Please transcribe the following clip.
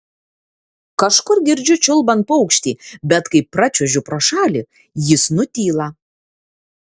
kažkur girdžiu čiulbant paukštį bet kai pračiuožiu pro šalį jis nutyla